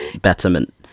betterment